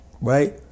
Right